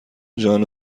جان